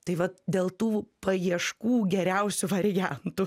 tai vat dėl tų paieškų geriausių variantų